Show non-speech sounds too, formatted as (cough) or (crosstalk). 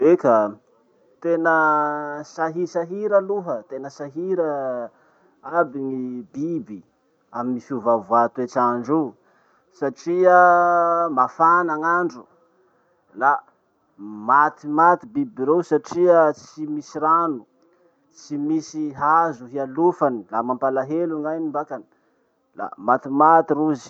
Eka, tena sahisahira aloha tena sahira (hesitation) aby gny biby amy fiovaovà toetr'andro, satria mafana gn'andro, la matimatimaty biby reo satria tsy misy rano, tsy misy hazo hialofany. La mampalahelo gn'ainy mbakany. La matimaty rozy.